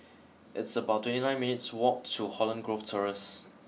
it's about twenty nine minutes' walk to Holland Grove Terrace